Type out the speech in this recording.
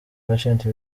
patient